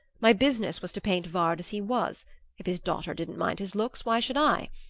my business was to paint vard as he was if his daughter didn't mind his looks, why should i?